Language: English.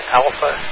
alpha